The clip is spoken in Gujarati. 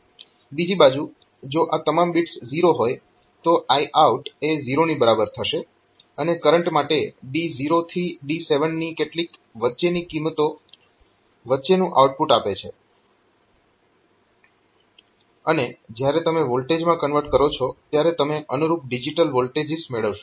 બીજી બાજુ જો આ તમામ બિટ્સ 0 હોય તો Iout એ 0 ની બરાબર થશે અને કરંટ માટે D0 થી D7 ની કેટલીક વચ્ચેની કિંમતો વચ્ચેનું આઉટપુટ આપે છે અને જ્યારે તમે વોલ્ટેજમાં કન્વર્ટ કરો છો ત્યારે તમે અનુરૂપ ડિજીટલ વોલ્ટેજીસ મેળવશો